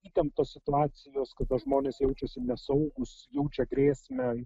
įtemptos situacijos kada žmonės jaučiasi nesaugūs jaučia grėsmę